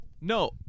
No